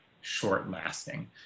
short-lasting